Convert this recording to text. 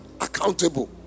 accountable